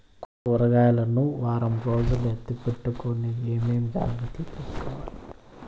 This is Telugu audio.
కూరగాయలు ను వారం రోజులు ఎత్తిపెట్టుకునేకి ఏమేమి జాగ్రత్తలు తీసుకొవాలి?